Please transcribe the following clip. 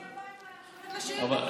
אני חשבתי שאדוני יבוא עם התשובות על השאילתות,